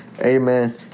amen